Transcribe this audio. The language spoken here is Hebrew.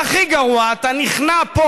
והכי גרוע, אתה נכנע פה.